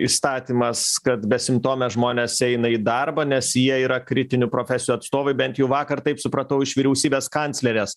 įstatymas kad besimptome žmonės eina į darbą nes jie yra kritinių profesijų atstovai bent jau vakar taip supratau iš vyriausybės kanclerės